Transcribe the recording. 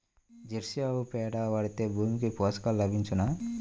Jersey ఆవు పేడ వాడితే భూమికి పోషకాలు లభించునా?